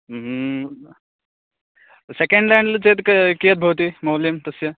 second-hand चेत् कियद्भवति मौल्यं तस्य